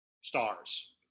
stars